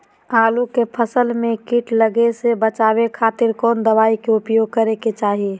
आलू के फसल में कीट लगने से बचावे खातिर कौन दवाई के उपयोग करे के चाही?